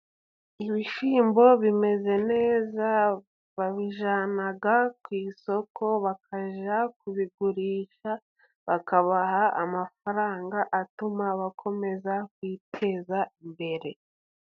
Ibishyimbo bimeze neza, babijyana ku isoko bakajya kubigurisha, bakabaha amafaranga atuma bakomeza kwiteza imbere.